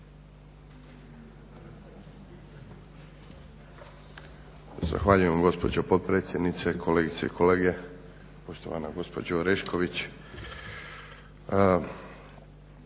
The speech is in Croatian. Zahvaljujem gospođo potpredsjednice, kolegice i kolege, poštovana gospođo Orešković.